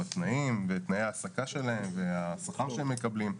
התנאים ותנאי ההעסקה שלהם והשכר שהם מקבלים.